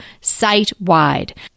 site-wide